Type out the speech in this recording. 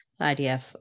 IDF